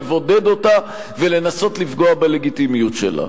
לבודד אותה ולנסות לפגוע בלגיטימיות שלה.